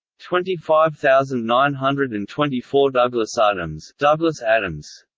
twenty five thousand nine hundred and twenty four douglasadams douglasadams